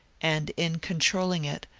and in controlling it,